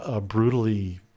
brutally